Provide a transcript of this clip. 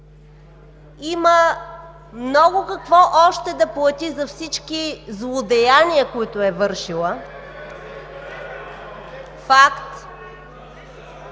има много какво още да плати за всички злодеяния, които е вършила (шум